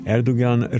Erdogan